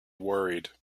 worried